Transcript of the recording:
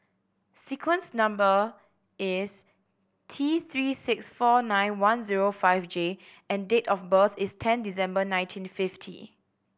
sequence number is T Three six four nine one zero five J and date of birth is ten December nineteen fifty